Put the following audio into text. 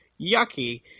yucky